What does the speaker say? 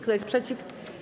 Kto jest przeciw?